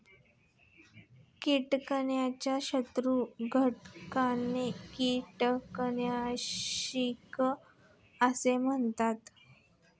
कीटकाच्या शत्रू घटकांना कीटकनाशके असे म्हणतात